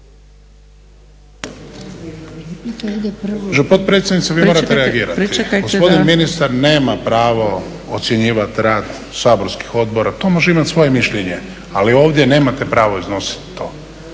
**Šuker, Ivan (HDZ)** Gospodin ministar nema pravo ocjenjivati rad Saborskih odbora. To može imat svoje mišljenje, ali ovdje nemate pravo iznositi to.